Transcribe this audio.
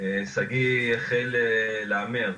שגיא החל להמר.